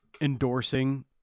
endorsing